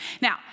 Now